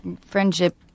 friendship